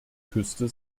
küste